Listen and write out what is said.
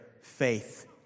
faith